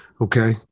okay